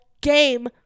game